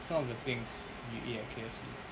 some of the things you eat at K_F_C